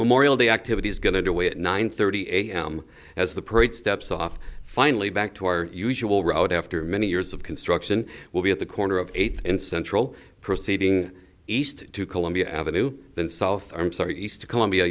memorial day activities going to way at nine thirty a m as the parade steps off finally back to our usual route after many years of construction will be at the corner of eighth and central proceeding east to columbia avenue then south i'm sorry east to columbia